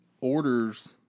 orders